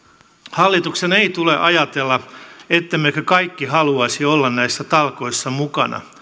hallituksen ei tule ajatella ettemmekö kaikki haluaisi olla näissä talkoissa mukana